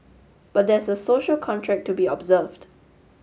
but there's a social contract to be observed